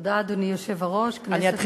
תן לה גם הודעה אישית, אתחיל מההתחלה, בבקשה.